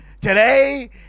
today